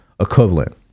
equivalent